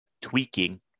tweaking